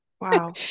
Wow